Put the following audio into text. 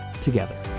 together